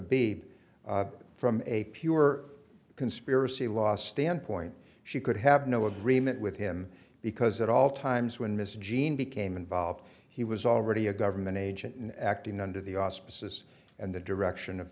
baby from a pure conspiracy last standpoint she could have no agreement with him because at all times when ms jean became involved he was already a government agent and acting under the auspices and the direction of